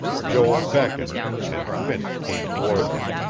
joel beckoned, and finch came toward them.